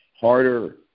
harder